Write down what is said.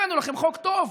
הבאנו לכם חוק טוב,